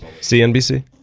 CNBC